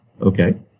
Okay